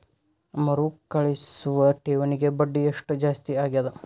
ಮರುಕಳಿಸುವ ಠೇವಣಿಗೆ ಬಡ್ಡಿ ಎಷ್ಟ ಜಾಸ್ತಿ ಆಗೆದ?